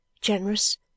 generous